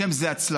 השם זה "הצלחה".